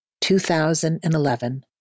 2011